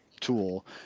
tool